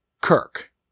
Kirk